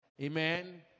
Amen